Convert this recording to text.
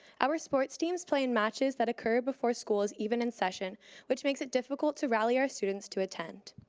our sports teams play in matches that occur before school is even in session which makes it difficult to rally our students to attend.